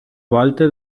volta